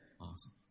Awesome